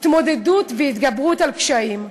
התמודדות והתגברות על קשיים.